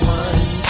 one